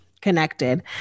connected